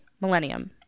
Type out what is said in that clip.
Millennium